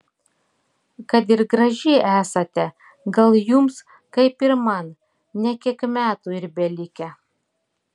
kad ir graži esate gal jums kaip ir man ne kiek metų ir belikę